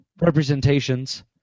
representations